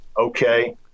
okay